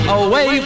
away